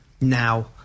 now